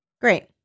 Great